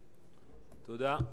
תודה.